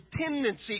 tendency